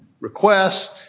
request